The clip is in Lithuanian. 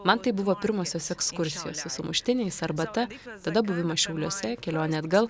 man tai buvo pirmosios ekskursijos su sumuštiniais arbata tada buvimas šiauliuose kelionė atgal